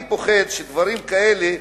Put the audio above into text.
אני פוחד שדברים כאלה,